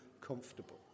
comfortable